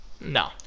No